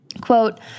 Quote